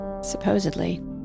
Supposedly